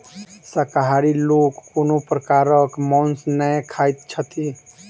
शाकाहारी लोक कोनो प्रकारक मौंस नै खाइत छथि